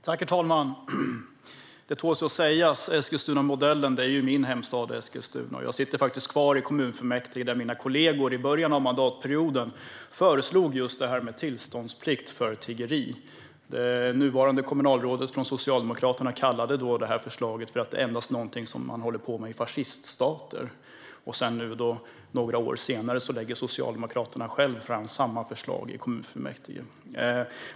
Herr talman! Det tål att sägas om Eskilstunamodellen: Eskilstuna är min hemstad. Jag sitter faktiskt kvar i kommunfullmäktige, där mina kollegor i början av mandatperioden föreslog just tillståndsplikt för tiggeri. Det nuvarande kommunalrådet från Socialdemokraterna kallade då förslaget för någonting man endast håller på med i fasciststater. Nu, några år senare, lägger Socialdemokraterna själva fram samma förslag i kommunfullmäktige.